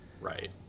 Right